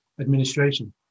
administration